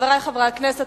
חברי חברי הכנסת,